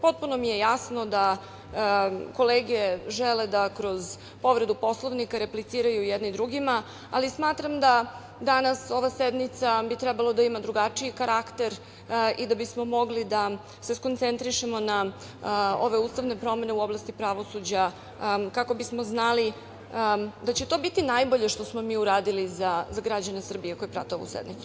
Potpuno mi je jasno da kolege žele da kroz povredu Poslovnika repliciraju jedni drugima, ali smatram da bi danas ova sednica trebalo da ima drugačiji karakter i da bismo mogli da se usredsredimo na ove ustavne promene u oblasti pravosuđa kako bismo znali da će to biti najbolje što smo mi uradili za građane Srbije koji prate ovu sednicu.